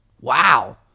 Wow